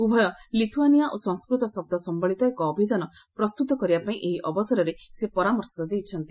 ଉଭୟ ଲିଥୁଆନିଆ ଓ ସଂସ୍କୃତ ଶବ୍ଦ ସମ୍ଭଳିତ ଏକ ଅଭିଯାନ ପ୍ରସ୍ତୁତ କରିବାପାଇଁ ଏହି ଅବସରରେ ସେ ପରାମର୍ଶ ଦେଇଛନ୍ତି